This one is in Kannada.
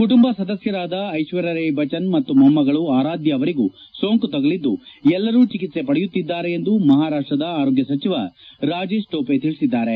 ಕುಟುಂಬದ ಸದಸ್ಕರಾದ ಐಶ್ವರ್ಯ ರೈ ಬಚ್ಚನ್ ಮತ್ತು ಮೊಮ್ಮಗಳು ಅರಾದ್ಕ ಅವಳಿಗೂ ಸೋಂಕು ತಗುಲಿದ್ದು ಎಲ್ಲರೂ ಚಿಕಿತ್ಲ ಪಡೆಯುತ್ತಿದ್ದಾರೆ ಎಂದು ಮಹಾರಾಷ್ಟದ ಆರೋಗ್ಕ ಸಚಿವ ರಾಜೇಶ್ ಟೊಪೆ ತಿಳಿಸಿದ್ದಾರೆ